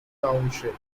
township